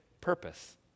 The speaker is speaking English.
purpose